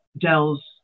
Dell's